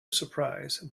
surprise